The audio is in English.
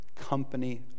company